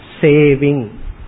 saving